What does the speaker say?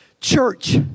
church